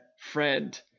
Friend